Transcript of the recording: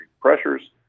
pressures